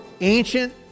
ancient